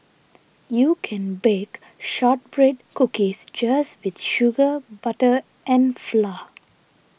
you can bake Shortbread Cookies just with sugar butter and flour